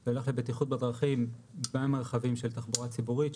זה יילך לבטיחות בדרכים במרחבים של התחבורה הציבורית,